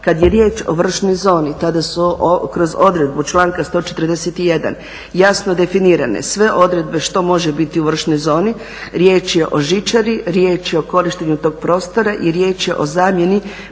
Kad je riječ o vršnoj zoni, tada su kroz odredbu članka 141. jasno definirane sve odredbe što može biti u vršnoj zoni, riječ je o žičari, riječ o korištenju tog prostora i riječ je o zamjeni